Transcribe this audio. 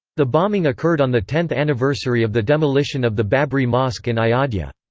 the bombing occurred on the tenth anniversary of the demolition of the babri mosque in ayodhya.